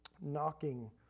knocking